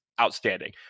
outstanding